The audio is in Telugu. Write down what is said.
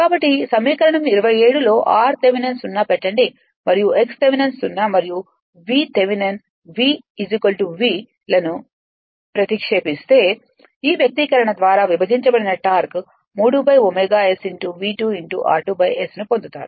కాబట్టి సమీకరణం 27 లో r థెవెనిన్ 0 పెట్టండి మరియు x థెవెనిన్ 0 మరియు V థెవెనిన్ V లను ప్రతిక్షపిస్తే ఈ వ్యక్తీకరణల ద్వారా విభజించబడిన టార్క్లు 3 ω S V 2 r2 S ను పొందుతారు